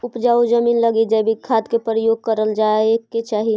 उपजाऊ जमींन लगी जैविक खाद के प्रयोग करल जाए के चाही